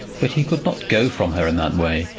but he could not go from her in that way.